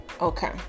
okay